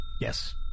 Yes